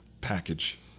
package